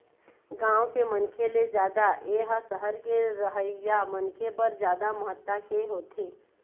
गाँव के मनखे ले जादा ए ह सहर के रहइया मनखे बर जादा महत्ता के होथे